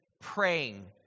praying